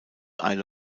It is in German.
isle